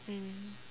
mm